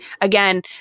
again